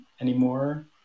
anymore